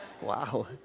Wow